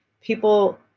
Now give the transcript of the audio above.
people